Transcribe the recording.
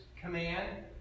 command